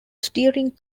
steering